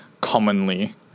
commonly